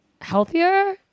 healthier